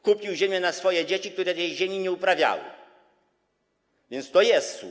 Kupił ziemię na swoje dzieci, które tej ziemi nie uprawiały, więc to jest słup.